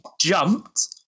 jumped